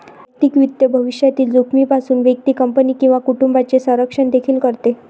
वैयक्तिक वित्त भविष्यातील जोखमीपासून व्यक्ती, कंपनी किंवा कुटुंबाचे संरक्षण देखील करते